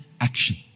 action